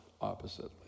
oppositely